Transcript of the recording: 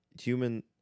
human